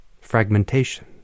fragmentation